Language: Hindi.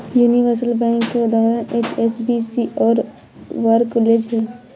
यूनिवर्सल बैंक के उदाहरण एच.एस.बी.सी और बार्कलेज हैं